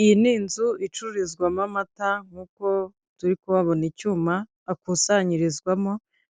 Iyi ni inzu icururizwamo amata nkuko turi kuhabona icyuma akusanyirizwamo,